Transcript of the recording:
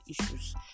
issues